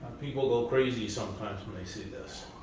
people go crazy sometimes when they see this.